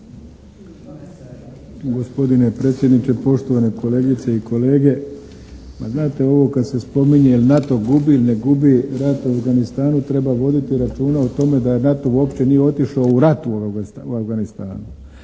Gospodine predsjedniče, poštovane kolegice i kolege. Pa znate, ovo kad se spominje jel NATO gubi ili ne gubi rat u Afganistanu treba voditi računa o tome da NATO uopće nije otišao u rat u Afganistanu,